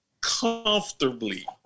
comfortably